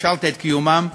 אפשרת את קיומן,